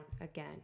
again